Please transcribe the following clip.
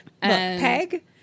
Peg